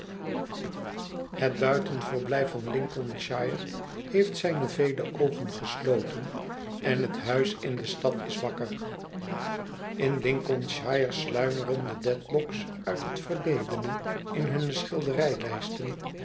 het buitenverblijf van lincolnshire heeft zijne vele oogen gesloten en het huis in de stad is wakker in lincolnshire sluimeren de dedlock's uit het verledene in hunne schilderijlijsten